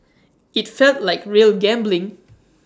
IT felt like real gambling